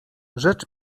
rzecz